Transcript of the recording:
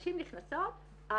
הנשים נכנסות,